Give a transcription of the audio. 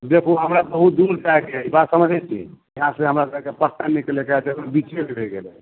देखू हमरा कहूँ दूर जाइके हइ ई बात समझैत छियै यहाँसँ हमरासभके पटना निकलैके हइ बिच्चेमे भए गेलै